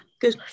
good